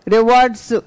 Rewards